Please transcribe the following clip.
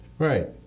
Right